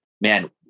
man